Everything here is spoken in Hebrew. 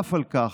נוסף על כך,